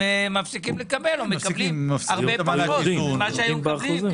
הם מפסיקים לקבל או מקבלים הרבה פחות ממה שהיו מקבלים.